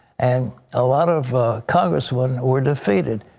and a lot of congressmen were defeated.